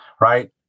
Right